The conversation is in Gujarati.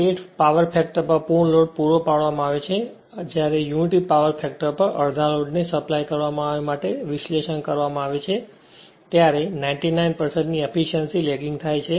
8 પાવર ફેક્ટર પર પૂર્ણ લોડ પૂરો પાડવામાં આવે છે અને જ્યારે યુનિટી પાવર ફેક્ટર પર અડધા લોડને સપ્લાય કરવા માટે તેનું વિશ્લેષણ કરવામાં આવે છે ત્યારે 99 ની એફીશ્યંસી લેગિંગથાય છે